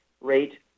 rate